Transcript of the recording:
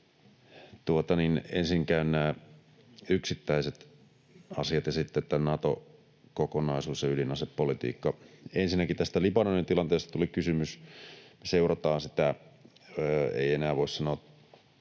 ensin käyn nämä yksittäiset asiat ja sitten tämän Nato-kokonaisuuden ja ydinasepolitiikan. Ensinnäkin tästä Libanonin tilanteesta tuli kysymys. Me seuraamme sitä, ei enää voi sanoa